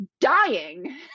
dying